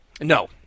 No